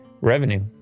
Revenue